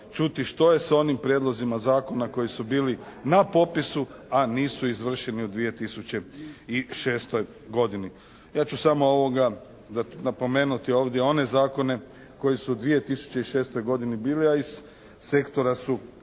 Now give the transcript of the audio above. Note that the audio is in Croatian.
čuti što je sa onim prijedlozima zakona koji su bili na popisu a nisu izvršeni u 2006. godini. Ja ću samo napomenuti ovdje one zakone koji su u 2006. godini bili, a iz sektora su